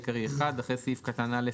תיקון סעיף 47.בסעיף 4 לחוק העיקרי בסעיף קטן (א),